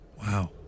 Wow